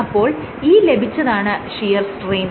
അപ്പോൾ ഈ ലഭിച്ചതാണ് ഷിയർ സ്ട്രെയിൻ